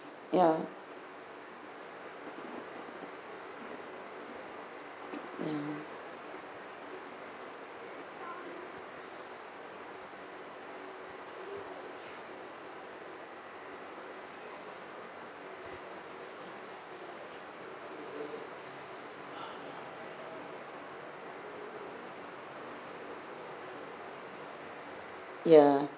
ya ya